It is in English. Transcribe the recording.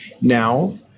Now